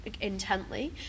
intently